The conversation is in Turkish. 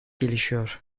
gelişiyor